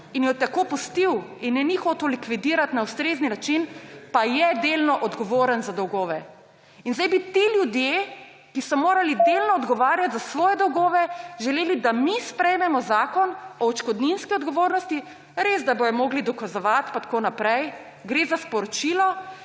in jo tako pustil in je ni hotel likvidirati na ustrezni način, pa je delno odgovoren za dolgove. Zdaj bi ti ljudje, ki so morali delno odgovarjati za svoje dolgove, želeli, da mi sprejmemo zakon o odškodninski odgovornosti. Res je, da bodo morali dokazovati pa tako naprej, gre za sporočilo,